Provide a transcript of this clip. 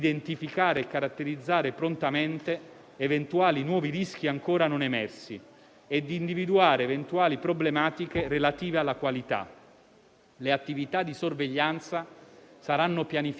Le attività di sorveglianza saranno pianificate accuratamente in termini sia di raccolta e valutazione delle segnalazioni spontanee di sospetta reazione avversa - farmacovigilanza passiva